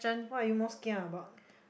what are you most kia about